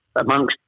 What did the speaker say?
amongst